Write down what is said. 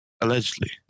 allegedly